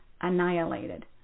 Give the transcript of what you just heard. annihilated